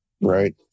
Right